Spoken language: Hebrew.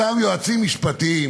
אותם יועצים משפטיים